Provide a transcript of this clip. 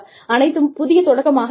அனைத்தும் புதிய தொடக்கமாக இருக்கும்